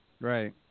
right